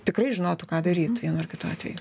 tikrai žinotų ką daryt vienu ar kitu atveju